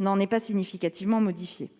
n'est pas significativement modifiée.